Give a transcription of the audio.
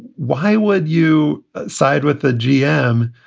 why would you side with the gm?